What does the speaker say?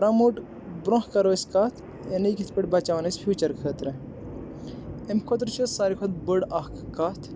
promote بروٚنٛہہ کَرو أسۍ کَتھ یہِ کِتھ پٲٹھۍ بَچاوون أسۍ فِیوٗچَر خٲطرٕ امہِ خٲطرٕ چھِ ساروے کھۄتہٕ بٕڑ اَکھ کَتھ